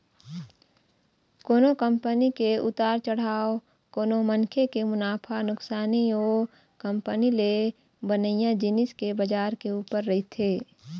कोनो कंपनी के उतार चढ़ाव कोनो मनखे के मुनाफा नुकसानी ओ कंपनी ले बनइया जिनिस के बजार के ऊपर रहिथे